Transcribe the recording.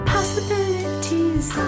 Possibilities